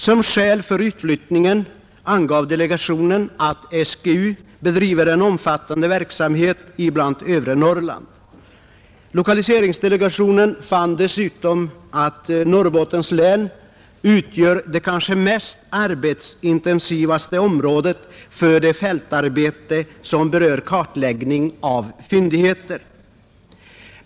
Som skäl för utflyttningen angav delegationen att SGU bedriver en omfattande verksamhet i övre Norrland. Lokaliseringsdelegationen fann dessutom att Norrbottens län utgör det kanske mest arbetsintensiva området för det fältarbete som berör kartläggning av fyndigheter.